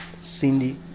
Cindy